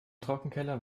trockenkeller